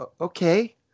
okay